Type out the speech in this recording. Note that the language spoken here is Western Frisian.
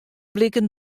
bliken